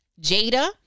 Jada